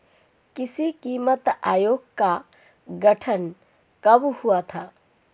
कृषि कीमत आयोग का गठन कब हुआ था?